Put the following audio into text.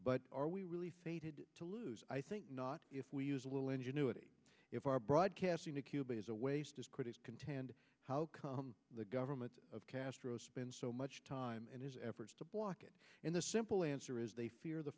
but are we really fated to lose i think not if we use a little ingenuity if our broadcasting to cuba is a waste of critics contend how come the government of castro spend so much time and his efforts to block it in the simple answer is they fear the